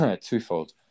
twofold